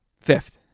fifth